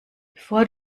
bevor